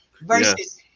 Versus